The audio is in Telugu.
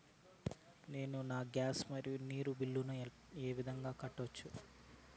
నేను నా గ్యాస్, మరియు నీరు బిల్లులను ఏ విధంగా కట్టొచ్చు?